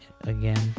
again